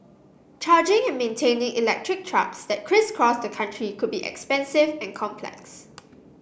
charging and maintaining electric trucks that crisscross the country could be expensive and complex